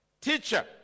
Teacher